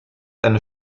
eine